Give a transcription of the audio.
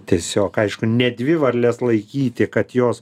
tiesiog aišku ne dvi varles laikyti kad jos